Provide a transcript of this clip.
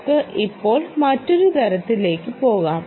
നമുക്ക് ഇപ്പോൾ മറ്റൊരു തരത്തിലേക്ക് പോകാം